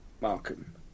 Markham